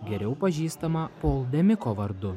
geriau pažįstamą pol de miko vardu